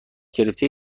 گرفته